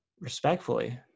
respectfully